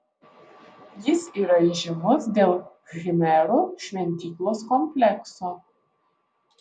jis yra įžymus dėl khmerų šventyklos komplekso